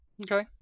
Okay